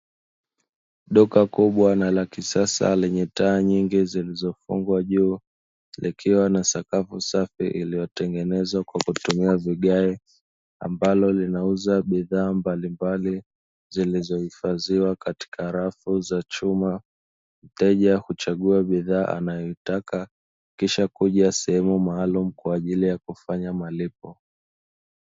Duka la kisasa lenye taa nyingi zilizofungwa juu. Ilikuwa na sakafu safi iliyotengenezwa kwa kutumia vigae, ambalo ninauza bidhaa mbalimbali zilizohifadhiwa katika rafu za chuma. Mteja huchagua bidhaa anayoitaka, kisha kuja sehemu maalumu, kwa ajili ya kufanya malipo.